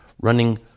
running